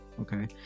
okay